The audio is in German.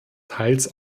teils